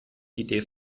die